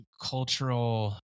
cultural